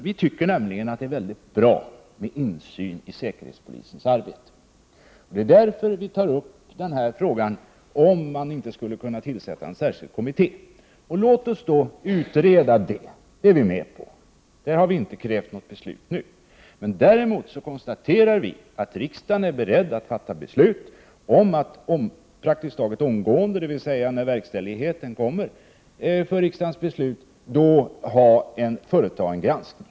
Vi tycker nämligen att det är mycket bra med insyn i säkerhetspolisens arbete. Det är därför som vi tar upp frågan om att tillsätta en särskild kommitté. Låt oss utreda detta. Vi moderater har inte krävt att ett beslut om detta skall fattas nu. Men vi konstaterar däremot att riksdagen är beredd att praktiskt taget omgående — efter verkställigheten av det beslut som riksdagen nu skall fatta — företa en granskning.